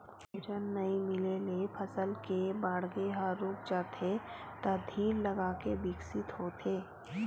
भोजन नइ मिले ले फसल के बाड़गे ह रूक जाथे त धीर लगाके बिकसित होथे